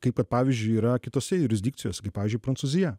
kaip vat pavyzdžiui yra kitose jurisdikcijose kaip pavyzdžiui prancūzija